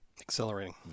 Accelerating